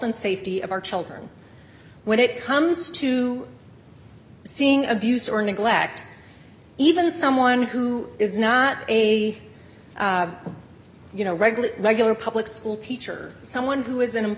and safety of our children when it comes to seeing abuse or neglect even someone who is not a you know regular regular public school teacher someone who is an